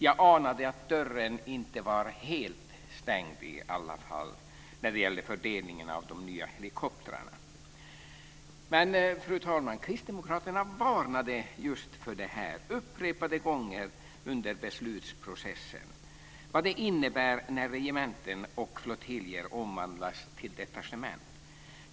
Jag anade att dörren inte var helt stängd i alla fall när det gäller fördelningen av de nya helikoptrarna. Fru talman! Kristdemokraterna varnade upprepade gånger under beslutsprocessen för vad det innebär när regementen och flottiljer omvandlas till detachement.